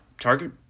target